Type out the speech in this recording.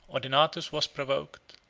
odenathus was provoked,